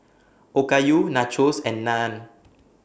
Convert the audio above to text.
Okayu Nachos and Naan